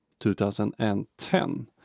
2010